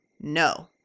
No